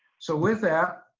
so with that,